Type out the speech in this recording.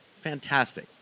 fantastic